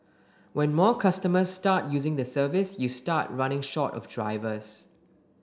when more customers start using the service you start running short of drivers